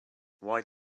why